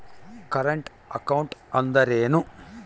Current account ಅಂದರೇನು?